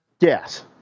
Yes